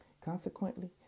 Consequently